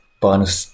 bonus